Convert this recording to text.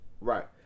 Right